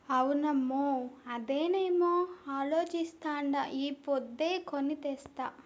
అవునమ్మో, అదేనేమో అలోచిస్తాండా ఈ పొద్దే కొని తెస్తా